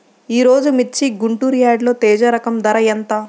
ఈరోజు మిర్చి గుంటూరు యార్డులో తేజ రకం ధర ఎంత?